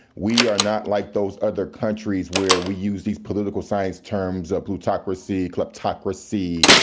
we are not like those other countries where we use these political science terms plutocracy, kleptocracy,